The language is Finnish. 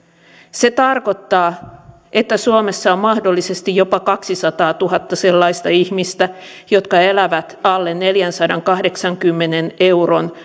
se tarkoittaa että suomessa on mahdollisesti jopa kaksisataatuhatta sellaista ihmistä jotka elävät alle neljänsadankahdeksankymmenen euron